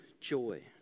joy